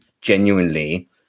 genuinely